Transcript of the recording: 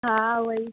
हा उहेई